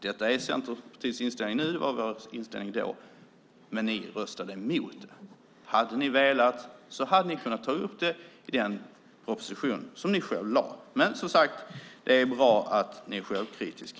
Detta är Centerpartiets inställning nu, och det var vår inställning då. Men ni röstade mot det. Ni hade kunnat ta upp detta i den proposition som ni lade fram om ni hade velat. Men, som sagt, det är bra att ni är självkritiska.